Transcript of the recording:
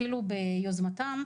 אפילו ביוזמתם,